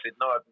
no